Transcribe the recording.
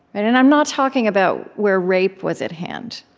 and and i'm not talking about where rape was at hand.